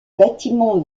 bâtiment